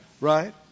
Right